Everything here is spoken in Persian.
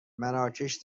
مراکش